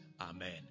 Amen